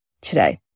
today